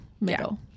middle